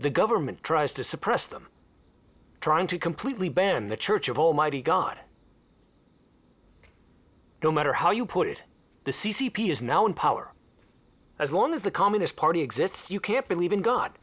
the government tries to suppress them trying to completely ban the church of almighty god no matter how you put it the c c p is now in power as long as the communist party exists you can't believe in god